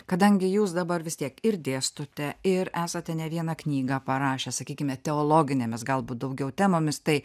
kadangi jūs dabar vis tiek ir dėstote ir esate ne vieną knygą parašęs sakykime teologinėmis galbūt daugiau temomis tai